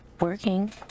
working